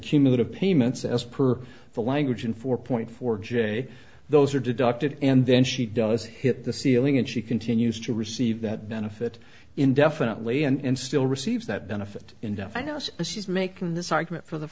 cumulative payments as per the language in four point four j those are deducted and then she does hit the ceiling and she continues to receive that benefit indefinitely and still receives that benefit in death i now see as she's making this argument for the